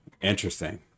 Interesting